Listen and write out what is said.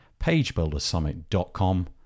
pagebuildersummit.com